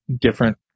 different